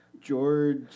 George